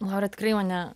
laura tikrai mane